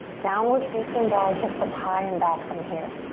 downward facing dog, hips up high and back from here.